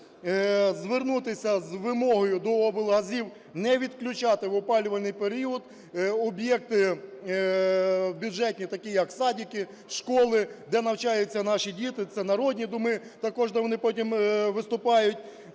уряд звернутися з вимогою до облгазів не відключати в опалювальний період об'єкти бюджетні, такі як садики, школи, де навчаються наші діти, це народні доми також, де вони потім виступають.